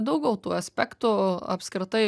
daugiau tų aspektų apskritai